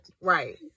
Right